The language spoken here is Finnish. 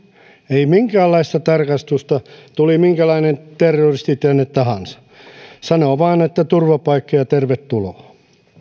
ei minkäänlaista tarkastusta tuli tänne minkälainen terroristi tahansa sanoo vaan että turvapaikka ja ja tervetuloa